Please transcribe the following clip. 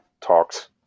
talks